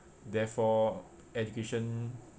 therefore education